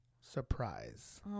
surprise